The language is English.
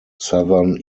southern